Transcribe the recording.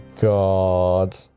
god